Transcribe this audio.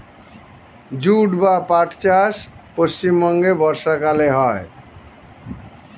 jute বা পাট চাষ পশ্চিমবঙ্গে বর্ষাকালে হয়